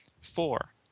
four